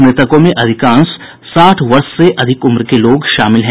मृतकों में अधिकांश साठ वर्ष से अधिक उम्र के लोग शामिल हैं